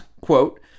quote